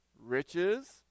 riches